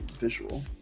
visual